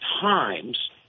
times